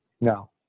No